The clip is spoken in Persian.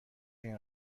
این